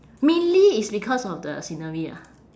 mainly it's because of the scenery ah